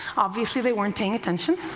obviously they weren't paying attention.